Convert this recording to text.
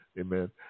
Amen